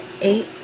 eight